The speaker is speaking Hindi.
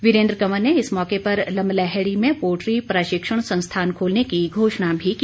वीरेन्द्र कंवर ने इस मौके पर लमलैहड़ी में पोल्ट्री प्रशिक्षण संस्थान खोलने की घोषणा भी की